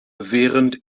während